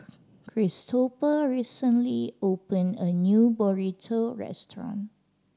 Kristopher recently opened a new Burrito restaurant